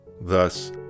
Thus